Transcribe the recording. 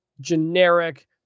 generic